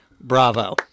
bravo